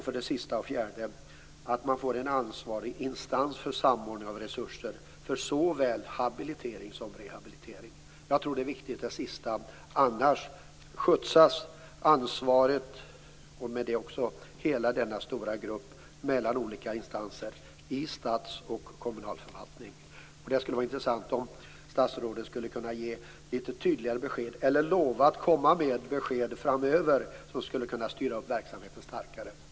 För det fjärde och sista skall man få en ansvarig instans för samordning av resurser för såväl habilitering som rehabilitering. Jag tror att det sista är viktigt, annars skjutsas ansvaret och med det hela denna stora grupp mellan olika instanser i stats och kommunalförvaltningen. Det skulle vara intressant om statsrådet kunde ge litet tydligare besked eller lova att komma med besked framöver som skulle kunna styra upp verksamheten starkare.